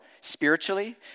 spiritually